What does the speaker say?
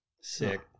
sick